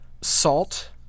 Salt